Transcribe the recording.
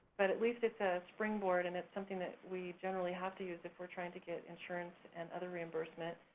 but at least it's a springboard and it's something that we generally have to use if we're trying to get insurance and other reimbursement.